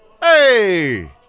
Hey